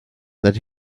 that